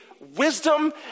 wisdom